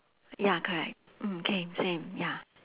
ya correct mm K same ya